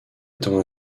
étant